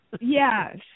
yes